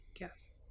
Yes